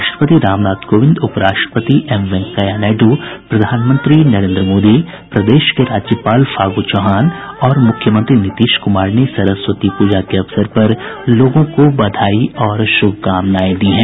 राष्ट्रपति रामनाथ कोविंद उपराष्ट्रपति एम वेंकैया नायड्र प्रधानमंत्री नरेन्द्र मोदी प्रदेश के राज्यपाल फागू चौहान और मुख्यमंत्री नीतीश कुमार ने सरस्वती पूजा के अवसर पर लोगों को बधाई और शुभकामनाएं दी हैं